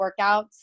workouts